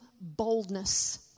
boldness